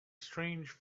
strange